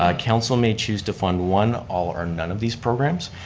ah council may choose to fund one, all or none of these programs.